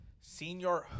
Senior